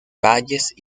valles